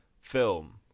film